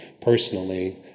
personally